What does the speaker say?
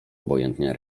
obojętnie